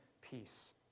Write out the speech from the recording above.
peace